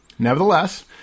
Nevertheless